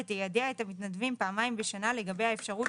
ותיידע את המתנדבים פעמיים בשנה לגבי האפשרות